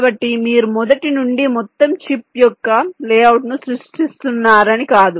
కాబట్టి మీరు మొదటి నుండి మొత్తం చిప్ యొక్క లేఅవుట్ను సృష్టిస్తున్నారని కాదు